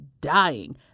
dying